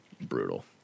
Brutal